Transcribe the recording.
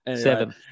Seven